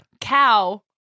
cow